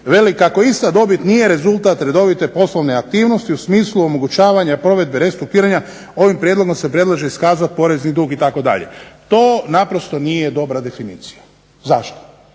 "Ako ista dobit nije rezultat redovite poslovne aktivnosti u smislu omogućavanja provedbe restrukturiranja ovim prijedlogom se predlaže iskazati porezni dug" itd. to naprosto nije dobra definicija. Zašto?